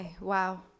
Wow